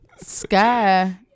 Sky